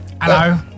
Hello